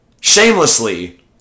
shamelessly